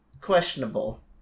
questionable